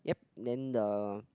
then the